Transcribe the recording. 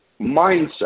mindset